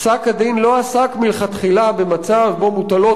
"פסק-הדין לא עסק מלכתחילה במצב שבו מוטלות